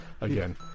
again